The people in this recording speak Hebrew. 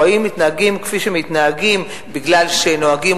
האם הם מתנהגים כמו שהם מתנהגים בגלל שהם נוהגים